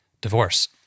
divorce